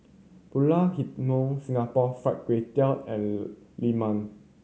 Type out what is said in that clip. Pulut Hitam Singapore Fried Kway Tiao and lemang